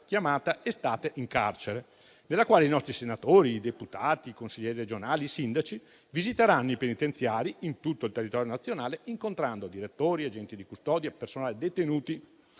chiamata "Estate in carcere", nella quale nostri senatori, deputati, consiglieri regionali e sindaci visiteranno i penitenziari in tutto il territorio nazionale incontrando direttori, agenti di custodia, personale e detenuti.